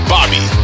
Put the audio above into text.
Bobby